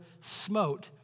smote